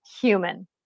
human